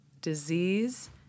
disease